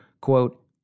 quote